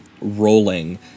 Rolling